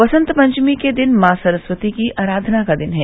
वसंत पंचमी के दिन मॉ सरस्वती की आराधन का दिन है